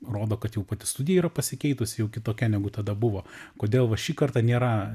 rodo kad jau pati studija yra pasikeitusi jau kitokia negu tada buvo kodėl va šį kartą nėra